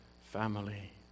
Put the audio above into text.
family